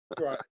Right